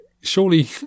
surely